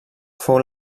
fou